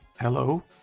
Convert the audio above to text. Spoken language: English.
Hello